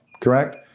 Correct